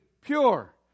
pure